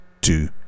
two